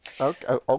Okay